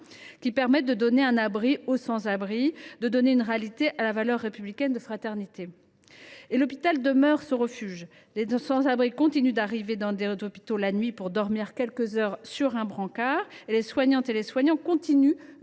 qui permettaient de donner un abri à ceux qui n’en avaient pas et de donner réalité à la valeur républicaine de fraternité. L’hôpital demeure ce refuge. Les sans abri continuent d’arriver dans les hôpitaux pour dormir quelques heures sur un brancard. Les soignantes et les soignants continuent